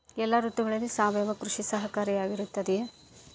ಎಲ್ಲ ಋತುಗಳಲ್ಲಿ ಸಾವಯವ ಕೃಷಿ ಸಹಕಾರಿಯಾಗಿರುತ್ತದೆಯೇ?